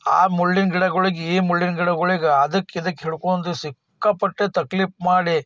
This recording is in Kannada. ಆ ಮುಳ್ಳಿನ ಗಿಡಗಳಿಗೆ ಈ ಮುಳ್ಳಿನ ಗಿಡಗಳಿಗೆ ಅದಕ್ಕೆ ಇದಕ್ಕೆ ಹಿಡ್ಕೊಂಡು ಸಿಕ್ಕಾಪಟ್ಟೆ ತಕ್ಲೀಫ ಮಾಡಿ